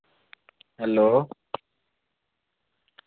hello